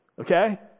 Okay